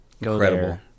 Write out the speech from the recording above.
Incredible